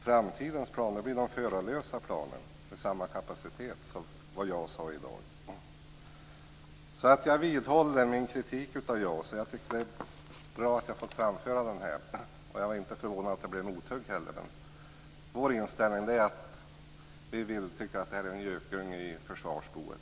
Framtidens plan blir nog förarlösa plan med samma kapacitet som den som Jag vidhåller alltså min kritik av JAS. Jag tycker att det är bra att jag har fått framföra den här. Jag är inte heller förvånad över att jag har fått mothugg, men vår inställning är den att detta är en gökunge i försvarsboet.